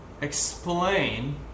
explain